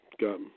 got